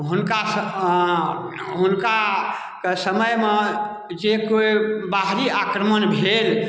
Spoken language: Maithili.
हुनकासँ हुनका समयमे जे कोई बाहरी आक्रमण भेल